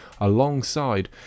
alongside